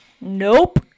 Nope